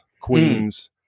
Queens